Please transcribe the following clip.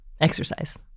Exercise